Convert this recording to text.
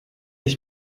ich